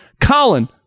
COLIN